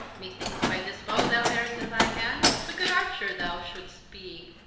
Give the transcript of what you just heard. methinks by this bowe thou beares in thy hande, a good archere thou sholdst bee.